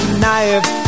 knife